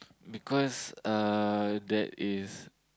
because uh there is